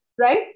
right